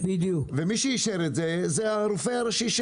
ומי שאישר את זה זה הרופא הראשי.